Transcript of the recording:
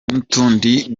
n’utundi